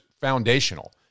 foundational